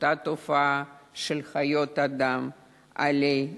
אותה תופעה של חיות אדם עלי אדמות.